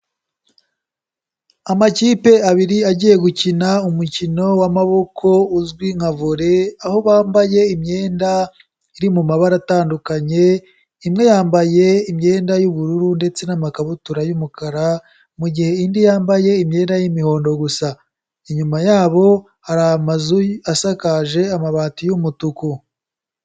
Amakipe abiri agiye gukina umukino w'amaboko uzwi nka vole, aho bambaye imyenda iri mu mabara atandukanye, imwe yambaye imyenda y'ubururu ndetse n'amakabutura y'umukara, mu gihe indi yambaye imyenda y'imihondo gusa. Inyuma yabo hari amazu asakaje amabati y'umutuku.